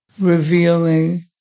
revealing